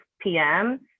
PM